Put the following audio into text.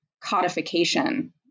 codification